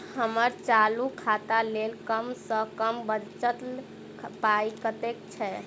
हम्मर चालू खाता लेल कम सँ कम बचल पाइ कतेक छै?